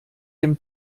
dem